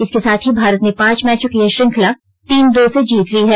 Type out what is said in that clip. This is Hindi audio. इसके साथ ही भारत ने पांच मैचों की यह श्रृंखला तीन दो से जीत ली है